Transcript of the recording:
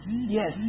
Yes